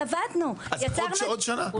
אבל עבדנו, יצרנו את כל הסטנדרט.